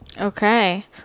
Okay